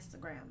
Instagram